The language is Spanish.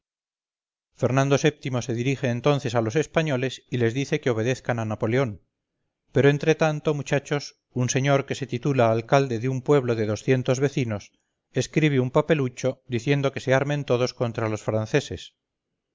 fernando vii se dirige entonces a los españoles y les dice que obedezcan a napoleón pero entretanto muchachos un señor que se titula alcalde de un pueblo de doscientos vecinos escribe un papelucho diciendo que se armen todos contra los franceses